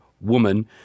woman